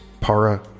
para